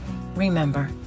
Remember